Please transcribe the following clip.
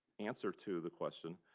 answer to the question.